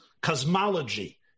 cosmology